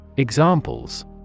Examples